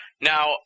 Now